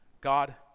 God